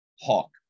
Hawk